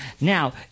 Now